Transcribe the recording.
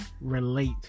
relate